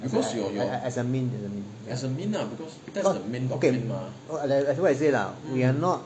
as as as a mean as a mean no okay as what I say lah we are not